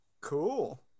Cool